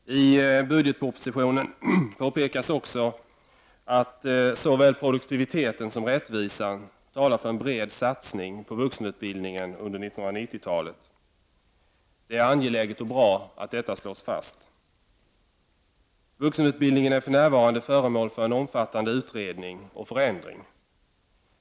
I budgetpropositionen påpekas också att såväl produktiviteten som rättvisan talar för en bred satsning på vuxenutbildningen under 1990-talet. Det är angeläget och bra att detta slås fast. Vuxenutbildningen är för närvarande föremål för en omfattande utredning och förändring.